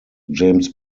james